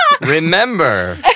Remember